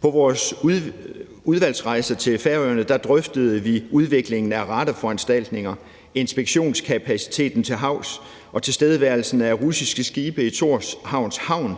På vores udvalgsrejse til Færøerne drøftede vi udviklingen af radarforanstaltninger, inspektionskapaciteten til havs og tilstedeværelsen af russiske skibe i Tórshavn Havn,